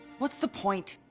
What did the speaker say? what's the point?